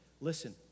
Listen